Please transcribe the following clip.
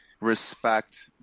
respect